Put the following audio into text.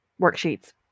worksheets